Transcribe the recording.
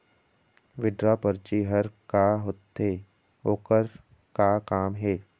Withdraw परची हर का होते, ओकर का काम हे?